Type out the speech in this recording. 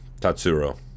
Tatsuro